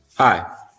Hi